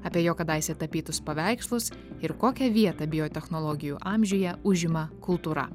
apie jo kadaise tapytus paveikslus ir kokią vietą biotechnologijų amžiuje užima kultūra